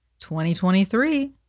2023